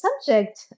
subject